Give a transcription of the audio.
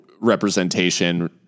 representation